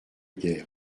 guerre